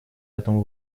этому